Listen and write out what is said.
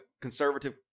conservative